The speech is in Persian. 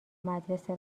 مدرسه